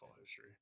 history